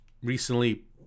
recently